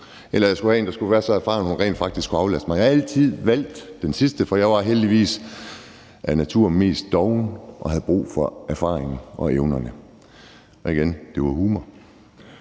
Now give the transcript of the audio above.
eller også skulle jeg have en, der var så erfaren, at hun rent faktisk kunne aflaste mig. Jeg har altid valgt den sidste, for jeg var heldigvis af natur mest doven og havde brug for erfaringen og evnerne. Og igen vil jeg